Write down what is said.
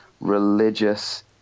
religious